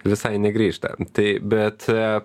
visai negrįžta tai bet